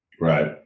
Right